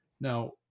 Now